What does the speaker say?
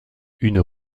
une